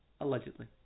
Allegedly